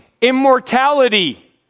immortality